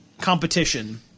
competition